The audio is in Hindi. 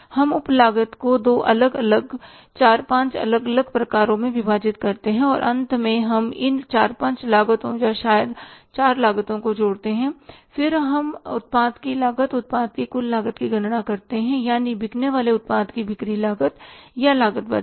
हम उप लागत के दो अलग अलग 4 5 अलग अलग प्रकारों में विभाजित करते हैं और अंत में हम इन 4 5 लागतों या शायद 4 लागतों को जोड़ते हैं और फिर हम उत्पाद की लागत उत्पाद की कुल लागत की गणना करते हैं यानी बिकने वाले उत्पाद की लागत बिक्री या लागत बाजार